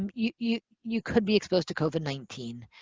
um you you could be exposed to covid nineteen.